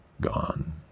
gone